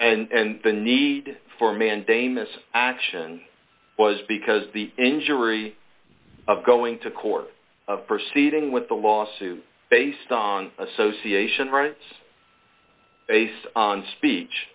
and the need for mandamus action was because the injury of going to court proceeding with a lawsuit based on association rights based on speech